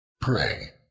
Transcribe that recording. Pray